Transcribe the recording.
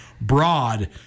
broad